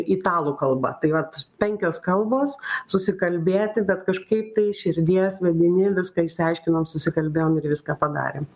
italų kalba tai vat penkios kalbos susikalbėti bet kažkaip tai širdies vedini viską išsiaiškinom susikalbėjom ir viską padarėm